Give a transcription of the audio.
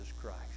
Christ